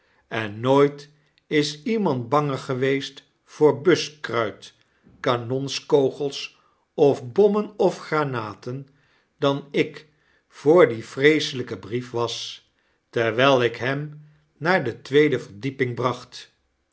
en nooit is iemand banger geweest voor buskruit kanonskogels of bommen of granaten dan ik voor dien vreeselpen brief was terwyl ik hem naar de tweede verdieping bracht